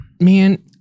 man